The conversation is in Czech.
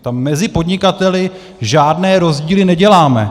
Tam mezi podnikateli žádné rozdíly neděláme.